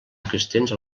existents